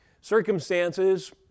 Circumstances